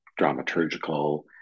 dramaturgical